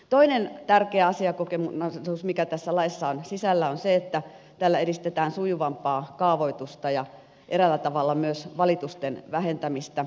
toinen tärkeä asiakokonaisuus mikä tässä laissa on sisällä on se että tällä edistetään sujuvampaa kaavoitusta ja eräällä tavalla myös valitusten vähentämistä